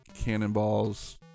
Cannonballs